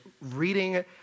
reading